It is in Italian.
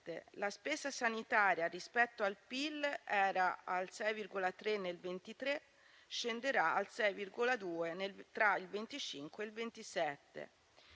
la spesa sanitaria rispetto al PIL era al 6,3 per cento nel 2023, scenderà al 6,2 tra il 2025 e il 2027.